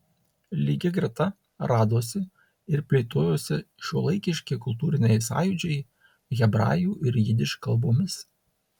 lygia greta radosi ir plėtojosi šiuolaikiški kultūriniai sąjūdžiai hebrajų ir jidiš kalbomis